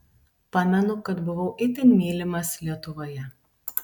pamenu kad buvau itin mylimas lietuvoje